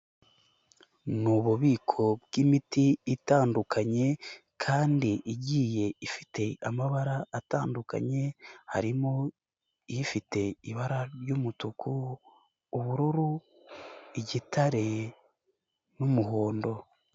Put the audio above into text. Ni ububiko bw'imiti itandukanye kandi igiye ifite amabara atandukanye, harimo ifite ibara ry'umutuku, ubururu, igitare n'umuhondo.